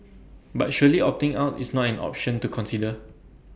but surely opting out is not an option to consider